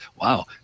Wow